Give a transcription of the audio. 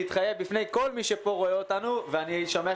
אני רוצה להתחייב בפני כל מי שרואה אותנו ואני שומע